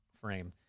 frame